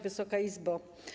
Wysoka Izbo!